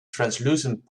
translucent